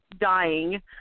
dying